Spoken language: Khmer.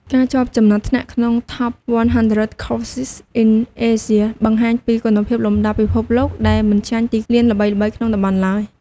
ការជាប់ចំណាត់ថ្នាក់ក្នុង "Top 100 Courses in Asia" បង្ហាញពីគុណភាពលំដាប់ពិភពលោកដែលមិនចាញ់ទីលានល្បីៗក្នុងតំបន់ឡើយ។